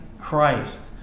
Christ